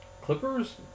Clippers